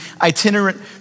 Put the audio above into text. itinerant